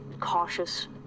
cautious